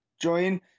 Join